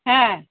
হ্যাঁ